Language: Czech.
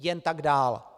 Jen tak dál!